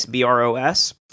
Bros